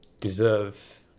deserve